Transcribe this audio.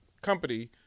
company